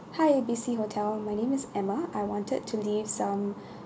hi A B C hotel my name is emma I wanted to leave some